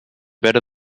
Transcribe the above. better